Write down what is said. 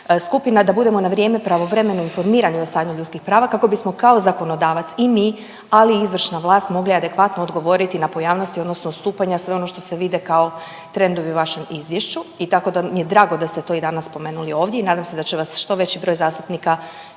da budemo na vrijeme pravovremeno informirani o stanju ljudskih prava kako bismo kao zakonodavac i mi ali i izvršna vlast mogli adekvatno odgovoriti na pojavnosti odnosno odstupanja sve ono što se vide kao trendovi u vašem izvješću i tako da mi je drago da ste to i danas spomenuli ovdje i nadam se da će vas što veći broj zastupnika